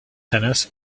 tennis